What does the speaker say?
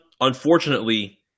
unfortunately